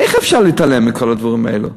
איך אפשר להתעלם מכל הדברים האלה?